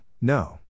no